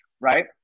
right